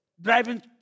driving